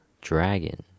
dragon